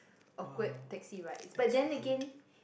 awkward taxi ride but then again